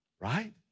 Right